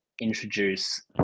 introduce